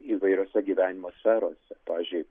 įvairiose gyvenimo sferose pavyzdžiui